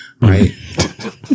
right